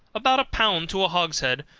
about a pound to a hogshead,